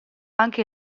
anche